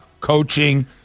coaching